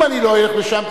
אם אני לא אלך לשם,